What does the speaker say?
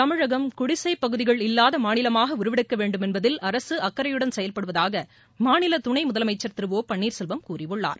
தமிழகம் குடிசைப்பகுதிகள் இல்லாத மாநிலமாக உருவெடுக்க வேண்டும் என்பதில் அரசு அக்கறையுடன் செயல்படுவதாக மாநில துணை முதலமைச்சர் திரு ஒ பன்னீர் செல்வம் கூறியுள்ளார்